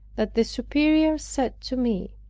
that the superior said to me,